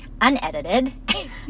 unedited